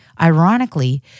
Ironically